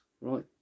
Right